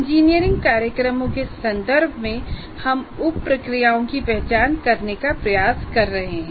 engineering कार्यक्रमों के संदर्भ में हम उप प्रक्रियाओं की पहचान करने का प्रयास कर रहे हैं